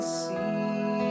see